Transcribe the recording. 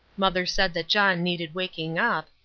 mother said that john needed waking up,